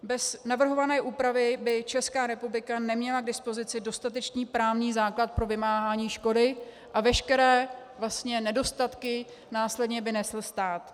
Bez navrhované úpravy by Česká republika neměla k dispozici dostatečný právní základ pro vymáhání škody a veškeré nedostatky následně by nesl stát.